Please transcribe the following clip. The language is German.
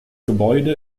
gebäude